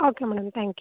okay madam thank you